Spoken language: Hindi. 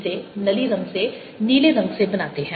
इसे नीले रंग से बनाते हैं